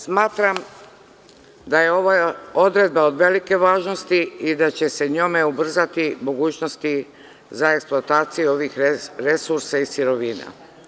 Smatram da je ova odredba od velike važnosti i da će se njome ubrzati mogućnosti za eksploataciju ovih resursa i sirovina.